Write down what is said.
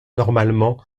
normalement